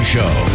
Show